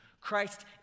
Christ